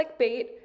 clickbait